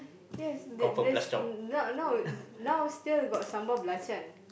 yes that that's now now now still got sambal balachan